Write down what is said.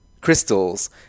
crystals